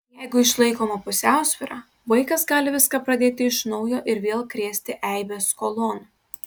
jeigu išlaikoma pusiausvyra vaikas gali viską pradėti iš naujo ir vėl krėsti eibes skolon